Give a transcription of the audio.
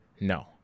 No